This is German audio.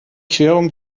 querung